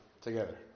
together